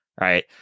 right